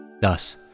Thus